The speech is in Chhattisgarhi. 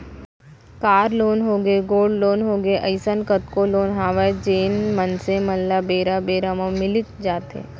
कार लोन होगे, गोल्ड लोन होगे, अइसन कतको लोन हवय जेन मनसे मन ल बेरा बेरा म मिलीच जाथे